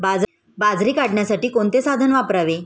बाजरी काढण्यासाठी कोणते साधन वापरावे?